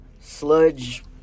sludge